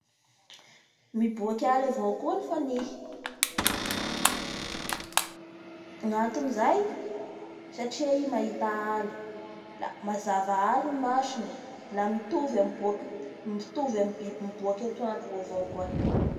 miboaky aly avao koa any fanihy gnatony zay satria i mahita aly la mazava aly ny masony la miboakin-mitovy amin'ny biby miboaky atoandro io avao koa.